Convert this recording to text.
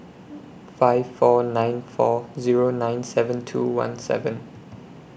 five four nine four Zero nine seven two one seven